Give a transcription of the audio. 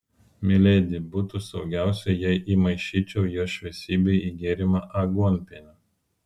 miledi būtų saugiausia jei įmaišyčiau jo šviesybei į gėrimą aguonpienio